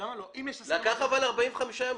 לקח 45 יום.